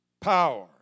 Power